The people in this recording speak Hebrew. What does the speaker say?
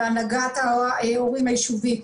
הנהגת ההורים היישובית,